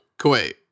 Kuwait